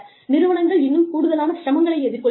நிறுவனங்கள் இன்னும் கூடுதலான சிரமங்களை எதிர்கொள்கின்றன